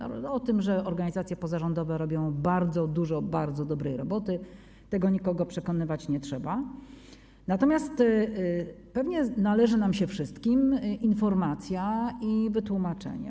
O tym, że organizacje pozarządowe robią bardzo dużo, wykonują bardzo dobrą robotę, nikogo przekonywać nie trzeba, natomiast pewnie należy nam się wszystkim informacja i wytłumaczenie.